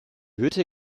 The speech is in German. hütte